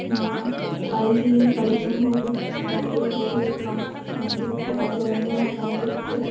நான் பள்ளியில் படிக்கும்போது நிறைய ஓவிய காம்பெடிஷன் வந்திருக்கு அதில் வந்து நான் கலந்துக்கிட்டு